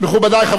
חברי הכנסת,